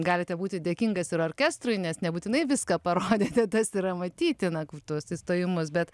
galite būti dėkingas ir orkestrui nes nebūtinai viską parodėte tas yra matyti na kur tuos įstojimus bet